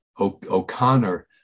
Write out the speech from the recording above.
O'Connor